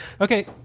Okay